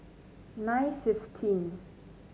nine fifteen